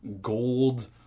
gold